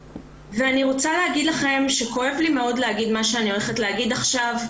ואני רוצה להגיד לכם שכואב לי מאוד להגיד את מה שאני הולכת להגיד עכשיו,